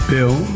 Bill